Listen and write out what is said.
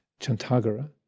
Chantagara